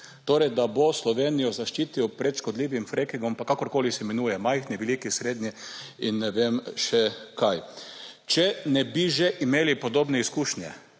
torej, da bo Slovenijo zaščitil pred škodljivim frekingom, pa kakorkoli se imenuje, majhni, veliki, srednji in ne vem še kaj. Če ne bi že imeli podobne izkušnje,